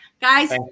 Guys